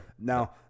Now